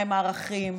מהם הערכים,